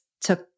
took